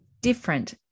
different